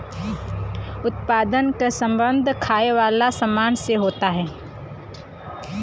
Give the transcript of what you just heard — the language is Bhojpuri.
उत्पादन क सम्बन्ध खाये वालन सामान से होला